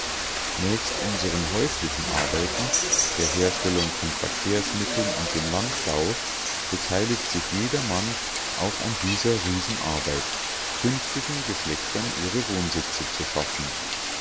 nächst unseren häuslichen arbeiten der herstellung von verkehrsmitteln und dem landbau beteiligt sich jedermann auch an dieser riesenarbeit künftigen geschlechtern ihre wohnsitze zu schaffen